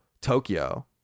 Tokyo